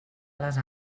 les